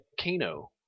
Kano